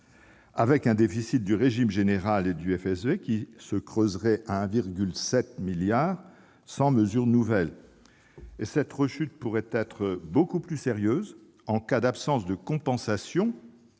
avec un déficit du régime général et du FSV qui se creuserait à 1,7 milliard d'euros sans mesure nouvelle. Cette rechute pourrait être beaucoup plus sérieuse en cas d'absence de compensation